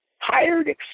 hired